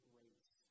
race